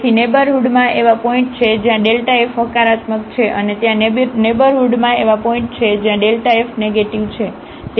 તેથી નેઇબરહુડમાં એવા પોઇન્ટ છે જ્યાં f હકારાત્મક છે અને ત્યાં નેઇબરહુડમાં એવા પોઇન્ટ છે જ્યાં આ f નેગેટીવ છે